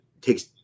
takes